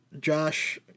Josh